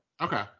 Okay